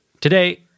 Today